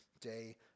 day